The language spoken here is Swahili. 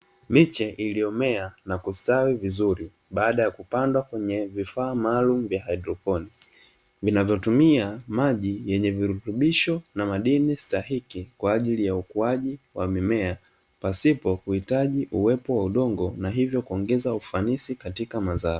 Miche iliyomea na kustawi vizuri baada ya kupandwa kwenye vifaa maalum vya haidroponiki, vinavyotumia maji yenye virutubisho na madini stahiki kwa ajili ya ukuaji wa mimea pasipo kuhitaji uwepo wa udongo na hivo kuongeza ufanisi katika mazao.